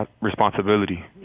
responsibility